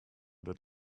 dort